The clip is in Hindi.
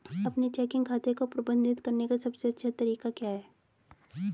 अपने चेकिंग खाते को प्रबंधित करने का सबसे अच्छा तरीका क्या है?